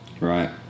right